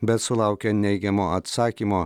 bet sulaukė neigiamo atsakymo